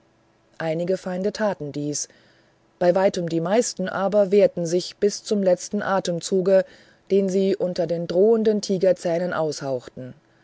einige der feinde taten dies bei weitem die meisten aber wehrten sich bis zum letzten atemzuge den sie unter den drohenden tigerzähnen aushauchten